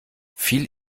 viel